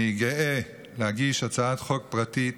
אני גאה להגיש הצעת חוק פרטית,